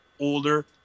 older